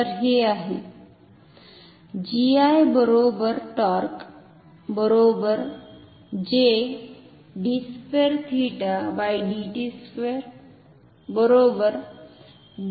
तर हे आहे